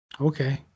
okay